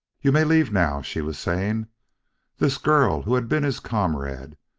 you may leave now, she was saying this girl who had been his comrade,